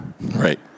Right